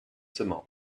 zimmer